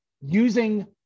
using